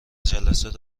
جلسات